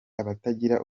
abatagira